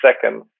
second